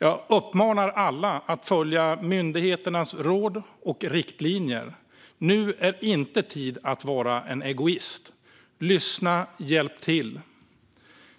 Jag uppmanar alla att följa myndigheternas råd och riktlinjer. Nu är det inte tid att vara egoist. Lyssna! Hjälp till!